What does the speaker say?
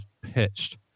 pitched